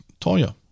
Toya